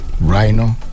rhino